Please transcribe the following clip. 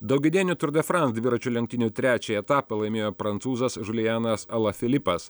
daugiadienių turdefrans dviračių lenktynių trečiąjį etapą laimėjo prancūzas žuljanas ala filipas